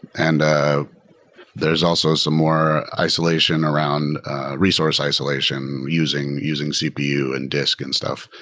and ah there's also some more isolation around resource isolation using using cpu and disk and stuff.